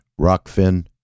Rockfin